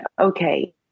okay